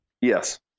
Yes